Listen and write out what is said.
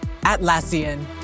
Atlassian